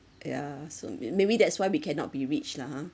yeah so may~ maybe that's why we cannot be rich lah ha